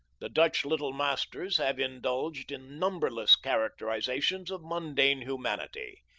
the dutch little masters have indulged in numberless characterizations of mundane humanity.